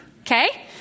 okay